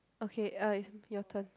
okay uh is your turn